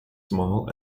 small